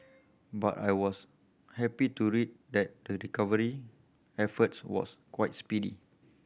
but I was happy to read that the recovery efforts was quite speedy